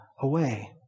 away